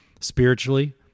Spiritually